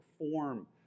perform